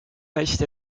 hästi